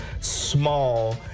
small